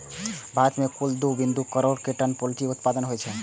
भारत मे कुल दू बिंदु दू करोड़ टन पोल्ट्री उत्पादन होइ छै